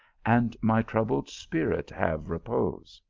and my troubled spirit have repose.